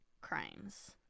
crimes